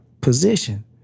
position